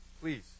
Please